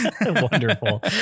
Wonderful